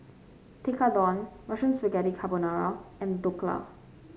Tekkadon Mushroom Spaghetti Carbonara and Dhokla